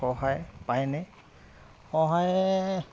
সহায় পায়নে সহায়